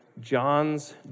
John's